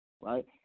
right